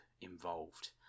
involved